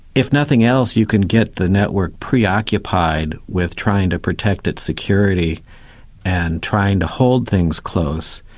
if nothing else, you can get the network preoccupied with trying to protect its security and trying to hold things close.